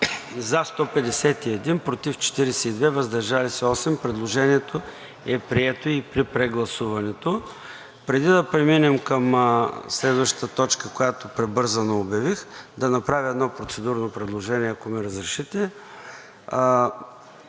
за 151, против 42, въздържали се 8. Предложението е прието и при прегласуването. Преди да преминем към следващата точка, която прибързано обявих, ще направя едно процедурно предложение, ако ми разрешите?